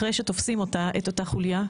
אחרי שתופסים את אותה חוליה,